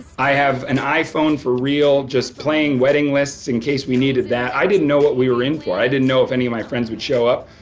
i have an iphone for real just playing wedding lists in case we needed that. i didn't know what we were in for. i didn't know if any of my friends would show up,